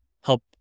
help